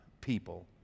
people